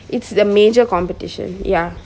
it's the major competition ya